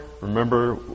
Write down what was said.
remember